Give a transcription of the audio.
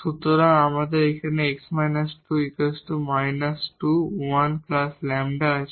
সুতরাং এখানে আমাদের x − 2 2 1λ আছে